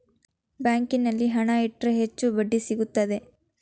ಬ್ಯಾಂಕಿನಲ್ಲಿ ಹಣ ಇಟ್ಟರೆ ಹೆಚ್ಚು ಬಡ್ಡಿ ಸಿಗುತ್ತದೆ